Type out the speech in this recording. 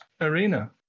Arena